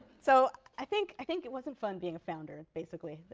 so, i think i think it wasn't fun being a founder basically.